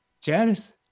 Janice